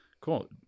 cool